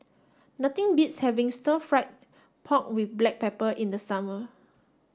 nothing beats having stir fry pork with black pepper in the summer